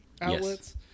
outlets